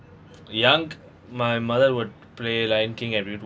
young my mother would play lion king and we'd